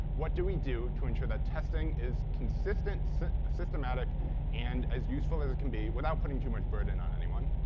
what do we do to ensure that testing is consistent, so systematic and as useful as it can be without putting too much burden on anyone.